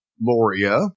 Loria